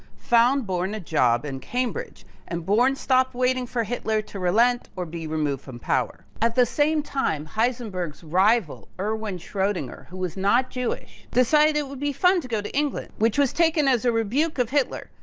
found born a job in cambridge and born stopped waiting for hitler to relent or be removed from power. at the same time, heisenberg's rival erwin schrodinger who was not jewish decided it would be fun to go to england, which was taken as a rebuke of hitler,